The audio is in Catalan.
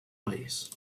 país